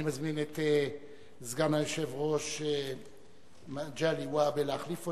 אני מזמין את סגן היושב-ראש מגלי והבה להחליף אותי,